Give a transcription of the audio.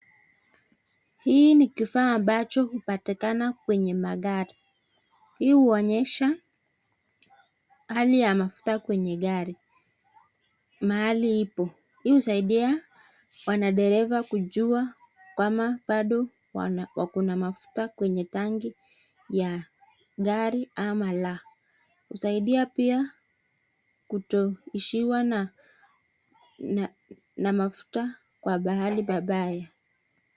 Hii ni kifaa ambacho hupatikana kwenye magari. Hii huonyesha hali ya mafuta kwenye gari mahali ipo. Hii husaidia wanadereva kujua kama bado wakona mafuta kwenye tangi ya gari ama la. Husaidia pia kutoishiwa na mafuta kwa pahali pabaya.